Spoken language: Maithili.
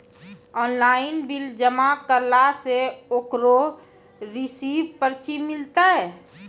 ऑनलाइन बिल जमा करला से ओकरौ रिसीव पर्ची मिलतै?